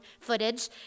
footage